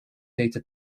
data